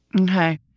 Okay